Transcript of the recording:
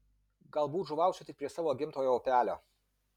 galbūt žuvausiu tik prie savo gimtojo upelio